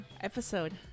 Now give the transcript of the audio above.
episode